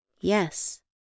Yes